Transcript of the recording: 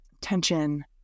tension